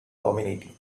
dominating